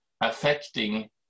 affecting